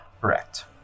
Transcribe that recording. Correct